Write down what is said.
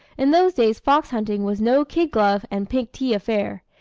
in those days fox-hunting was no kid glove and pink tea affair.